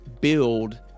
build